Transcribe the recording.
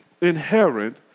inherent